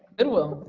goodwill.